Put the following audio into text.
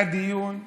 היה דיון מאלף,